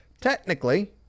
Technically